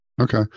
Okay